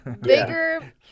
Bigger